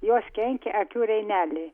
jos kenkia akių rainelei